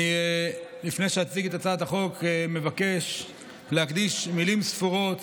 לפני שאציג את הצעת החוק אני מבקש להקדיש מילים ספורות